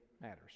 matters